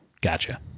Gotcha